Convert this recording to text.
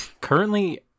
Currently